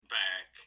back